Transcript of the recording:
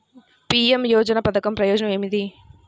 PM యోజన పధకం ప్రయోజనం ఏమితి?